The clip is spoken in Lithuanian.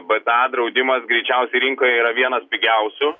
bta draudimas greičiausiai rinkoje yra vienas pigiausių